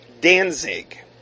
Danzig